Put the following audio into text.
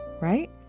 Right